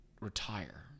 retire